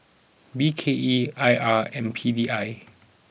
B K E I R and P D I